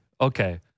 Okay